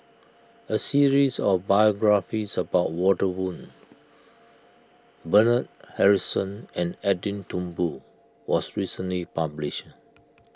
a series of biographies about Walter Woon Bernard Harrison and Edwin Thumboo was recently published